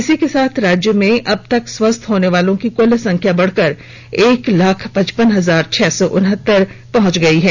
इसी के साथ राज्य में अब तक स्वस्थ होने वालों की कुल संख्या बढ़कर एक लाख पचपन हजार छह सौ उनहत्तर पहंच गई है